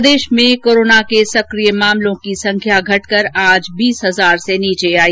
प्रदेश में कोरोना के सकिय मामलों की संख्या आज घटकर बीस हजार से नीचे आई